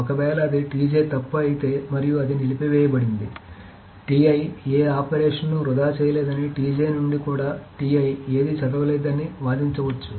ఒకవేళ అది తప్పు అయితే మరియు అది నిలిపివేయబడింది ఏ ఆపరేషన్ను వృధా చేయలేదని నుండి కూడా ఏది చదవలేదు అని వాదించవచ్చు